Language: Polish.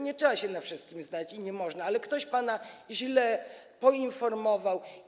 Nie trzeba się na wszystkim znać, i nie można, ale ktoś pana źle poinformował.